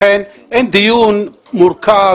לכן אין דיון מורכב